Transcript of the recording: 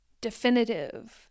definitive